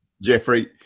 Jeffrey